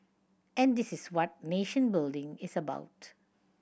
and this is what nation building is about